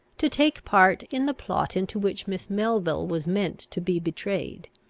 to take part in the plot into which miss melville was meant to be betrayed.